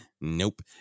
Nope